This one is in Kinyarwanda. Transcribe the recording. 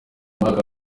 umwaka